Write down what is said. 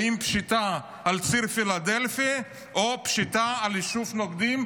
האם פשיטה על ציר פילדלפי או פשיטה על היישוב נוקדים,